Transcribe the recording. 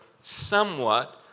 somewhat